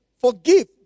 forgive